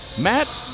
Matt